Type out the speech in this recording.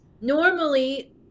normally